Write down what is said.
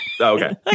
Okay